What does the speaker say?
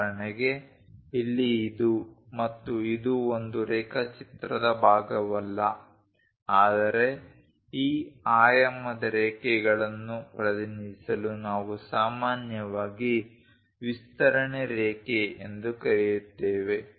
ಉದಾಹರಣೆಗೆ ಇಲ್ಲಿ ಇದು ಮತ್ತು ಇದು ಒಂದು ರೇಖಾಚಿತ್ರದ ಭಾಗವಲ್ಲ ಆದರೆ ಈ ಆಯಾಮದ ರೇಖೆಗಳನ್ನು ಪ್ರತಿನಿಧಿಸಲು ನಾವು ಸಾಮಾನ್ಯವಾಗಿ ವಿಸ್ತರಣೆ ರೇಖೆ ಎಂದು ಕರೆಯುತ್ತೇವೆ